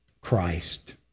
Christ